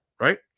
Right